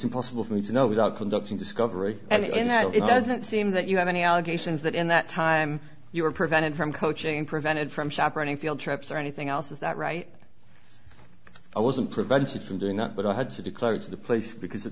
impossible for me to know without conducting discovery and that it doesn't seem that you have any allegations that in that time you were prevented from coaching prevented from chaperoning field trips or anything else is that right i wasn't prevented from doing that but i had to declare it to the place because